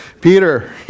Peter